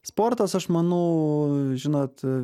sportas aš manau žinot